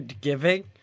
giving